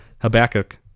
Habakkuk